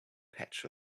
patch